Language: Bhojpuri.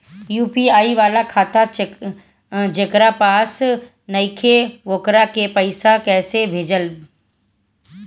यू.पी.आई वाला खाता जेकरा पास नईखे वोकरा के पईसा कैसे भेजब?